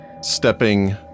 stepping